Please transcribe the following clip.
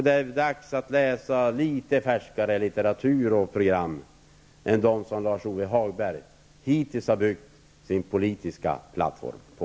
Det är dags att läsa litet färskare litteratur och program än dem som Lars Ove Hagberg hittills har byggt sin politiska plattform på.